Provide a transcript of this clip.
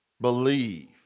Believe